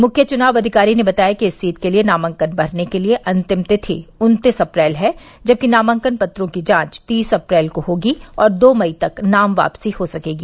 मुख्य चुनाव अधिकारी ने बताया कि इस सीट के लिए नामांकन भरने के लिए अंतिम तिथि उन्तीस अप्रैल है जबकि नामांकन पत्रों की जांच तीस अप्रैल को होगी और दो मई तक नाम वापसी हो सकेगी